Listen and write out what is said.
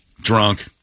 drunk